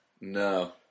No